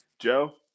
Joe